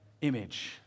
image